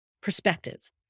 perspective